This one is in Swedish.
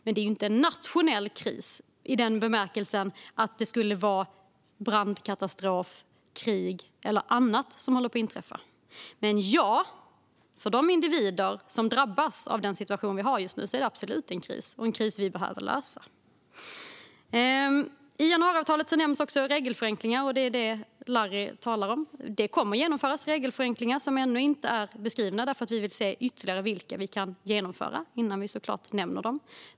Det är dock inte en nationell kris i den bemärkelsen att det är en brandkatastrof, krig eller något liknande som håller på att inträffa. Men, ja, för de individer som drabbas av den situation vi har just nu är det absolut en kris - en kris som vi behöver lösa. I januariavtalet nämns också regelförenklingar. Det är det Larry talar om. Det kommer att genomföras regelförenklingar, men de är ännu inte beskrivna eftersom vi vill se vilka ytterligare vi kan genomföra innan vi nämner dem.